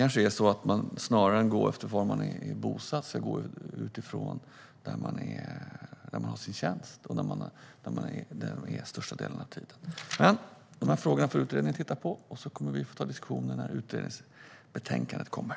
Kanske ska man snarare gå efter var brandmännen har sin tjänst och tillbringar största delen av sin tid än var de är bosatta. Dessa frågor får dock utredningen titta på, så får vi ha en diskussion när utredningsbetänkandet kommer.